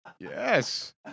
Yes